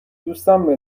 دوستم